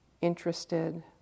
interested